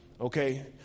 okay